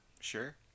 Sure